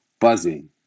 Buzzing